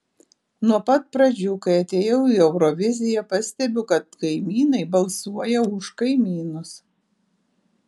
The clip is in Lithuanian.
nuo pat pradžių kai atėjau į euroviziją pastebiu kad kaimynai balsuoja už kaimynus